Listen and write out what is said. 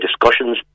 discussions